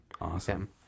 Awesome